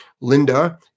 linda